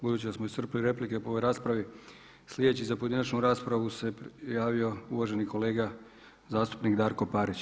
Budući da smo iscrpili replike po ovoj raspravi sljedeći za pojedinačnu raspravu se javio uvaženi kolega zastupnik Darko Parić.